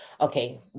Okay